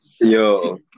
Yo